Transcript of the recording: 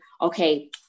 Okay